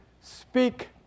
speak